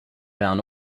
bound